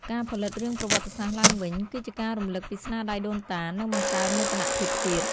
ការផលិតរឿងប្រវត្តិសាស្ត្រឡើងវិញ គឺជាការរំលឹកពីស្នាដៃដូនតា និងបង្កើនមោទនភាពជាតិ។